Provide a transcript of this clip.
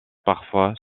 parfois